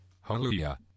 Hallelujah